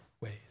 ways